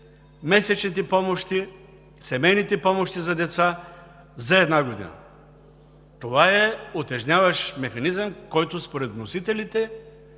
месечните помощи, семейните помощи за деца за една година. Това е утежняващ механизъм, който според вносителите